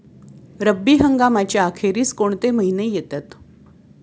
रब्बी हंगामाच्या अखेरीस कोणते महिने येतात?